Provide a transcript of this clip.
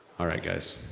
alright guys,